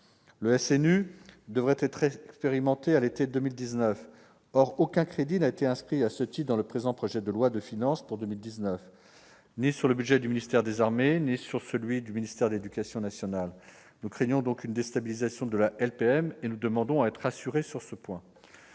Le SNU devrait être expérimenté à l'été 2019. Or aucun crédit n'a été inscrit à ce titre dans le présent projet de loi de finances, ni sur le budget du ministère des armées, ni sur celui du ministère de l'éducation nationale. Nous craignons une déstabilisation de la LPM et nous demandons à être rassurés sur ce point.